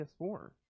PS4